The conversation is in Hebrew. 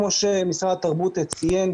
כמו שמשרד התרבות ציין,